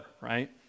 right